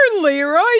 Leroy